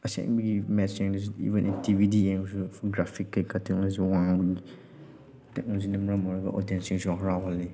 ꯑꯁꯦꯡꯕꯒꯤ ꯃꯦꯠꯆ ꯌꯦꯡꯗ꯭ꯔꯁꯨ ꯏꯕꯟ ꯏꯟ ꯇꯤ ꯚꯤꯗ ꯌꯦꯡꯂꯁꯨ ꯒ꯭ꯔꯥꯐꯤꯛ ꯀꯩꯀꯥ ꯇꯦꯛꯅꯣꯂꯣꯖꯤ ꯋꯥꯡꯉꯕꯅꯤꯅ ꯇꯦꯛꯅꯣꯂꯣꯖꯤꯅ ꯃꯔꯝ ꯑꯣꯏꯔꯒ ꯑꯧꯗꯤꯌꯦꯟꯁꯤꯡꯁꯨ ꯍꯔꯥꯎꯍꯜꯂꯤ